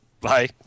Bye